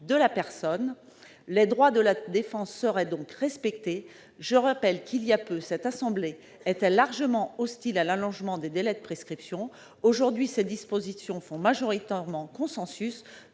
de la personne. Les droits de la défense seraient donc respectés. Je rappelle que, il y a peu, cette assemblée était largement hostile à l'allongement des délais de prescription. Aujourd'hui, ces dispositions font majoritairement consensus.